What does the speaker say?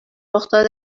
رخداد